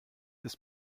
ist